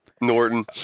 norton